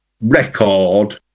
record